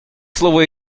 слово